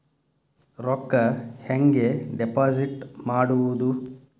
ರೊಕ್ಕ ಹೆಂಗೆ ಡಿಪಾಸಿಟ್ ಮಾಡುವುದು?